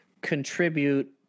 contribute